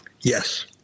Yes